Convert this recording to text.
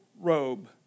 robe